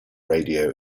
radio